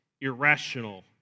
irrational